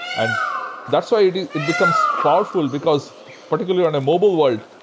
and that's why you know it becomes powerful, because particularly on a mobile world,